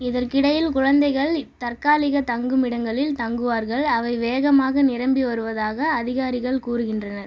இதற்கிடையில் குழந்தைகள் தற்காலிகத் தங்குமிடங்களில் தங்குவார்கள் அவை வேகமாக நிரம்பி வருவதாக அதிகாரிகள் கூறுகின்றனர்